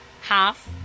half